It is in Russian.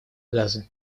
газы